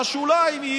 בשוליים,